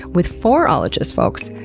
with four ologists folks!